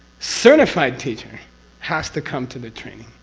certified teacher has to come to the training.